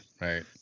right